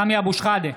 סמי אבו שחאדה,